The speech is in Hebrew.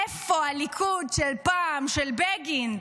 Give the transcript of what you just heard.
איפה הליכוד של פעם, של בגין,